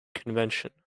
convention